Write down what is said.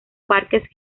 parques